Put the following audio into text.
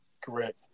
Correct